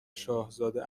شاهزاده